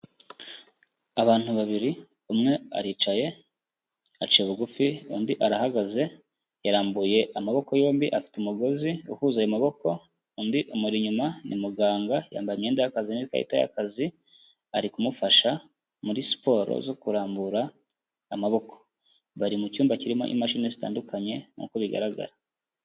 Abantu babiri umwe aricaye aciye bugufi undi arahagaze yarambuye amaboko yombi afite umugozi uhuza ayo maboko, undi amuri inyuma, ni muganga yambaye imyenda y'azi n'ikarita y'akazi ari kumufasha muri siporo zo kurambura amaboko. Bari mu cyumba kirimo imashini zitandukanye nk'uko bigaragara.